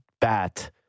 bat